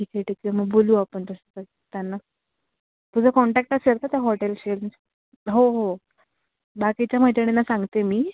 ठीक आहे ठीक आहे मग बोलू आपण तसं तर त्यांना तुझा कॉन्टॅक्ट असेल का त्या हॉटेलशी हो हो बाकीच्या मैत्रिणींना सांगते मी